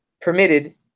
permitted